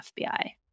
FBI